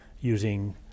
using